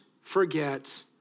forget